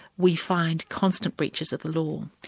we find constant breaches of the law.